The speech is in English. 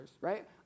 right